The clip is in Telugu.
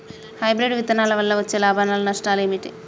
హైబ్రిడ్ విత్తనాల వల్ల వచ్చే లాభాలు నష్టాలు ఏమిటి?